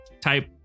type